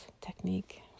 technique